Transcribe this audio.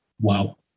wow